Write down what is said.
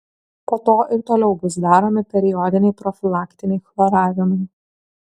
po to ir toliau bus daromi periodiniai profilaktiniai chloravimai